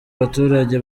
baturage